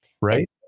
right